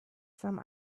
some